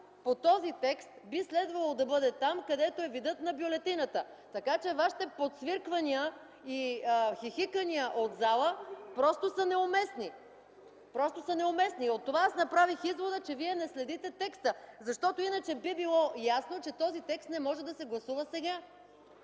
по този текст би следвало да бъде там, където е видът на бюлетината. Така че вашите подсвирквания и хихикания от залата просто са неуместни. От това направих извода, че вие не следите текста, защото иначе би било ясно, че този текст не може да се гласува сега.